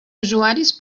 usuaris